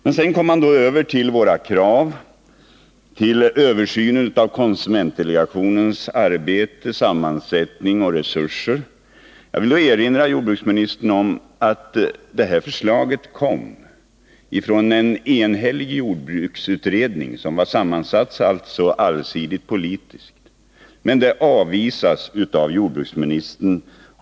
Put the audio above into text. Men sedan kom han över till våra krav och på översynen av konsumentdelegationens arbete, sammansättning och resurser. Jag vill då erinra jordbruksministern om att förslaget kom från en enhällig jordbruksutredning, som var allsidigt politiskt sammansatt. Men förslaget avvisas av jordbruksministern.